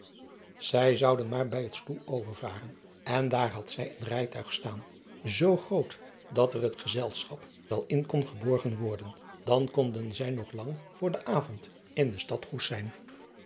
ij zouden maar bij het loe overvaren en daar had zij een rijtuig staan zoo groot dat er het gezelschap wel in kon geborgen worden dan konden zij nog lang voor den avond in de stad oes zijn